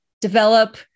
develop